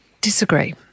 Disagree